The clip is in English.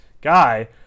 guy